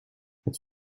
het